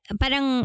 parang